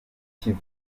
kivu